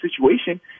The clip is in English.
situation